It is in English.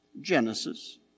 Genesis